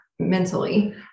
Mentally